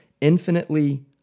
infinitely